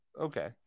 Okay